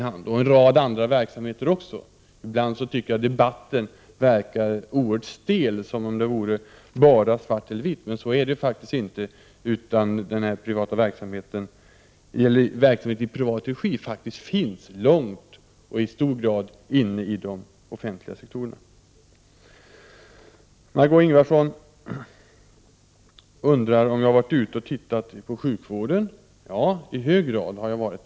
Detsamma gäller en rad andra verksamheter. Ibland tycker jag att debatten verkar oerhört stel, som om det vore bara svart eller vitt. Så är det inte, utan det finns i stor utsträckning verksamhet i privat regi långt inne i de offentliga sektorerna. Ja, det har jag i hög grad varit.